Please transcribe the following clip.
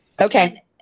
Okay